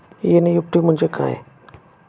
NEFT म्हणजे काय?